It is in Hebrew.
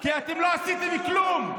כי אתם לא עשיתם כלום.